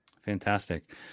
Fantastic